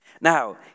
Now